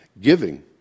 giving